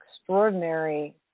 extraordinary